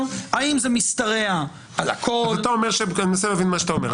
האם זה משתרע על הכול --- אני מנסה להבין מה שאתה אומר.